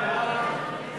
הודעת